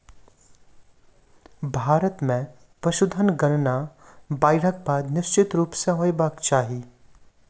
भारत मे पशुधन गणना बाइढ़क बाद निश्चित रूप सॅ होयबाक चाही